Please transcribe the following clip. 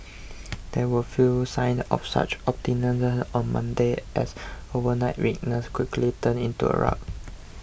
there were few signs of such optimism on Monday as overnight weakness quickly turned into a rout